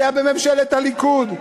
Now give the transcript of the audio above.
זה היה בממשלת הליכוד.